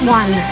one